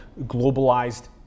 globalized